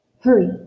Hurry